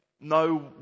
no